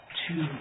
two